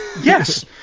Yes